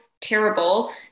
terrible